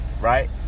Right